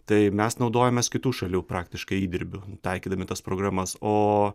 tai mes naudojamės kitų šalių praktiškai įdirbiu taikydami tas programas o